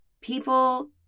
people